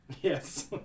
Yes